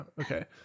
Okay